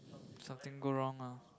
something go wrong mah